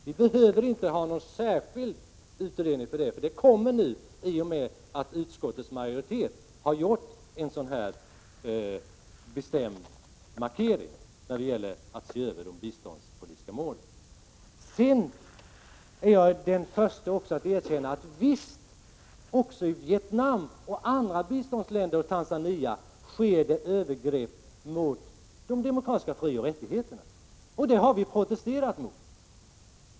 Vi behöver inte ha någon särskild utredning för det, för utredningen kommer nu i och med att utskottets majoritet har gjort en sådan här bestämd markering när det gäller att se över de biståndspolitiska målen. Sedan är jag den första att erkänna att visst sker det också i Vietnam, Tanzania och andra biståndsländer övergrepp mot de demokratiska frioch rättigheterna, och det har vi protesterat mot.